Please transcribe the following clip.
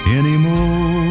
anymore